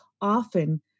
often